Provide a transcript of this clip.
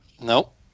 Nope